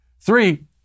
Three